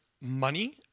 money